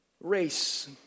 race